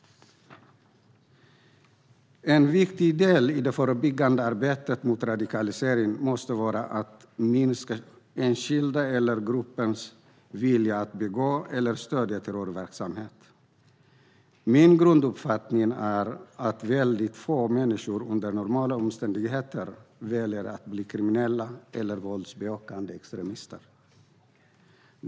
En viktig del i det förebyggande arbetet mot radikalisering måste vara att minska enskildas eller gruppers vilja att begå eller stödja terroristverksamhet. Min grunduppfattning är att väldigt få människor under normala omständigheter väljer att bli kriminella eller våldsbejakande extremister.